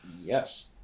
Yes